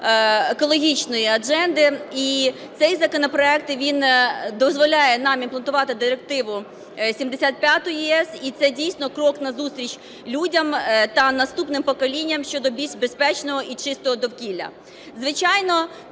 екологічної адженди. І цей законопроект, він дозволяє нам імплементувати Директиву 75/ЄС. І це дійсно крок назустріч людям та наступним поколінням щодо більш безпечного і чистого довкілля. Звичайно,